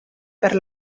per